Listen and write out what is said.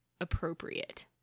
appropriate